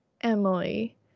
Emily